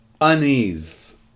unease